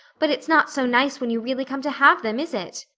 but it's not so nice when you really come to have them, is it?